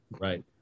right